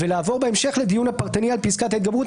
ולעבור בהמשך לדיון הפרטני על פסקת ההתגברות.